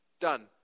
done